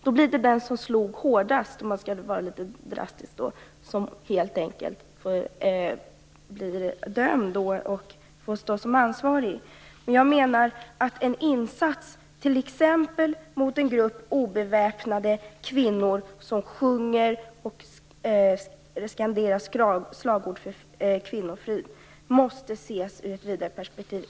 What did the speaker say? Då blir det den som slog hårdast, om man skall vara litet drastisk, som blir dömd och får stå som ansvarig. Men jag menar att en insats, t.ex. mot en grupp obeväpnade kvinnor som sjunger och skanderar slagord för kvinnofrid måste ses ur ett vidare perspektiv.